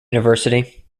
university